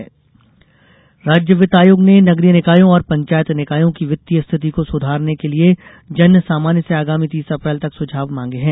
वित्त सुझाव राज्य वित्त आयोग ने नगरीय निकायों और पंचायत निकायों की वित्तीय स्थिति को सुधारने के लिए जन सामान्य से आगामी तीस अप्रैल तक सुझाव मांगे हैं